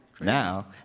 Now